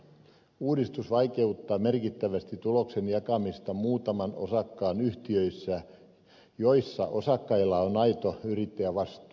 uudistus vaikeuttaa merkittävästi tuloksen jakamista muutaman osakkaan yhtiöissä joissa osakkailla on aito yrittäjävastuu